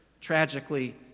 tragically